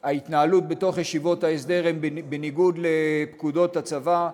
ההתנהלות בתוך ישיבות ההסדר היא בניגוד לפקודות הצבא,